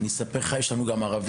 אני אספר לך שיש לנו גם ערבים,